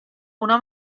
una